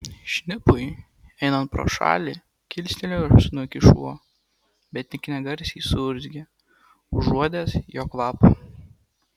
šnipui einant pro šalį kilstelėjo snukį šuo bet tik negarsiai suurzgė užuodęs jo kvapą